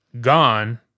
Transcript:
Gone